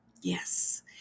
Yes